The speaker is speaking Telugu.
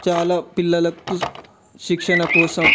చాలా పిల్లలకు శిక్షణ కోసం